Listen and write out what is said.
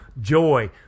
joy